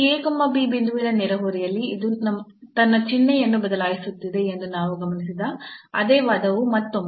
ಈ ಬಿಂದುವಿನ ನೆರೆಹೊರೆಯಲ್ಲಿ ಇದು ತನ್ನ ಚಿಹ್ನೆಯನ್ನು ಬದಲಾಯಿಸುತ್ತಿದೆ ಎಂದು ನಾವು ಗಮನಿಸಿದ ಅದೇ ವಾದವು ಮತ್ತೊಮ್ಮೆ